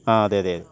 ആ അതെ അതെ അതെ